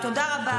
תודה רבה.